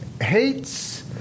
hates